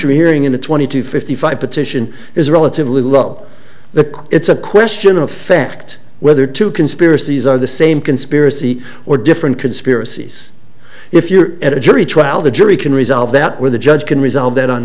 y hearing in the twenty to fifty five petition is relatively low the it's a question of fact whether to conspiracies are the same conspiracy or different conspiracies if you're at a jury trial the jury can resolve that when the judge can resolve that on